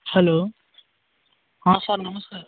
hello ହଁ sir ନମସ୍କାର